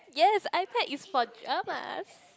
yes iPad is for dramas